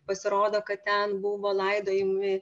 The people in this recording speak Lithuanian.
pasirodo kad ten buvo laidojami